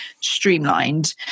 streamlined